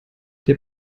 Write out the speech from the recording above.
der